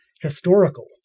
historical